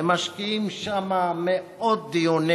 ומשקיעים שם מאות דיונים